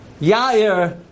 Yair